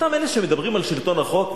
אותם אלה שמדברים על שלטון החוק,